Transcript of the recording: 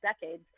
decades